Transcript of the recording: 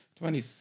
Twenty